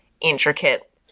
intricate